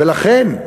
ולכן,